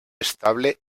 estable